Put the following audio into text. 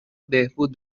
بهبود